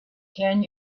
ten